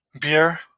beer